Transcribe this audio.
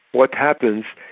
what happens?